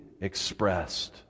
expressed